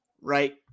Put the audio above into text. right